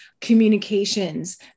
communications